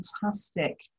fantastic